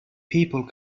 people